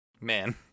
man